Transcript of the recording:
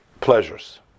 pleasures